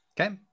Okay